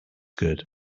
good